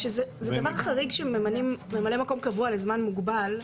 אני רוצה להגיד שזה דבר חריג שממנים ממלא-מקום קבוע לזמן מוגבל.